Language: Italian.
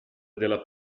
della